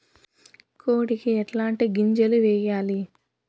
కోడికి ఎట్లాంటి గింజలు వేయాలి?